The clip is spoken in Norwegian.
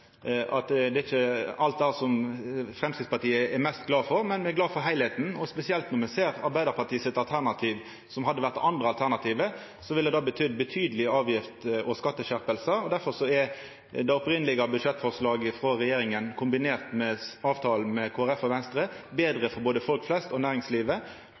løyndom at Framstegspartiet ikkje er like glad for alt, men me er glade for heilskapen, spesielt når me ser Arbeidarpartiets alternativ, som hadde vore det andre alternativet, og som ville ha betydd betydelege skatte- og avgiftsskjerpingar. Difor er det opphavlege budsjettforslaget frå regjeringa kombinert med avtalen med Kristeleg Folkeparti og Venstre betre for både folk flest og næringslivet.